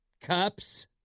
Cups